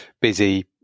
busy